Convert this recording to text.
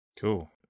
cool